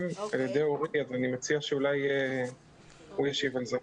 אז אני מציע שאורי שלומאי ישיב על זה.